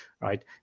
right